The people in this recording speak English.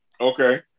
Okay